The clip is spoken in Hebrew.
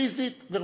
פיזית ורוחנית,